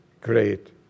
great